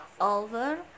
Over